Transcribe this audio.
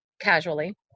casually